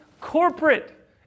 corporate